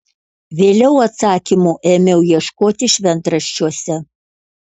vėliau atsakymų ėmiau ieškoti šventraščiuose